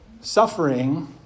suffering